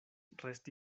resti